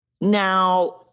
Now